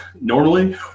normally